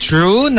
True